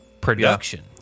production